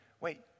wait